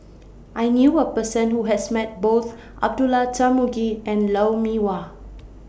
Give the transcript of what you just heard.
I knew A Person Who has Met Both Abdullah Tarmugi and Lou Mee Wah